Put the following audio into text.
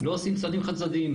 לא עושים צעדים חד צדדיים.